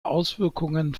auswirkungen